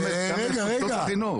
גם את רשתות החינוך.